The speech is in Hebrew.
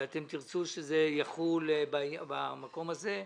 ואתם תרצו שזה יחול במקום הזה,